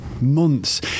months